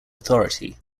authority